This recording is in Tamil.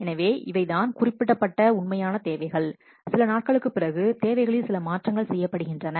எனவே இவைதான் குறிப்பிடப்பட்ட உண்மையான தேவைகள் சில நாட்களுக்குப் பிறகு தேவைகளில் சில மாற்றங்கள் செய்யப்படுகின்றன